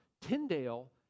Tyndale